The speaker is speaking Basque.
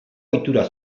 ohitura